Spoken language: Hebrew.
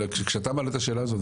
כשאתה מעלה את השאלה הזאת,